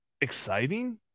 exciting